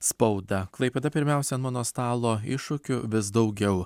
spaudą klaipėda pirmiausia ant mano stalo iššūkių vis daugiau